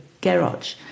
garage